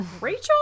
Rachel